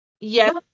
yes